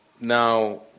Now